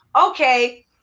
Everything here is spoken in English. okay